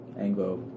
anglo